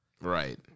Right